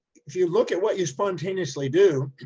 if you look at what you spontaneously do